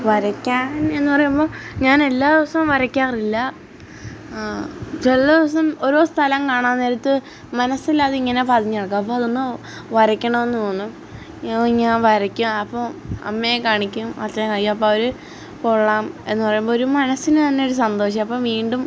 വരയ്ക്കാൻ എന്ന് പറയുമ്പോൾ ഞാൻ എല്ലാ ദിവസവും വരക്കാറില്ല ചില ദിവസം ഓരോ സ്ഥലം കാണാൻ നേരത്ത് മനസ്സില് അതിങ്ങനെ പതിഞ്ഞ് കിടക്കും അപ്പോൾ അതൊന്ന് വരക്കണമെന്ന് തോന്നും ഞാ ഞാൻ വരക്കും അപ്പോൾ അമ്മയെ കാണിക്കും അച്ഛനെ അയ്യോ അപ്പോൾ അവര് കൊള്ളാം എന്ന് പറയുമ്പോൾ ഒര് മനസ്സിന് തന്നെ ഒര് സന്തോഷം അപ്പോൾ വീണ്ടും